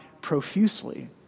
profusely